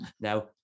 now